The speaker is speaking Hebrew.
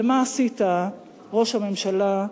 ומה עשית, ראש הממשלה,